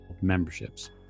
memberships